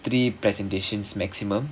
three presentations maximum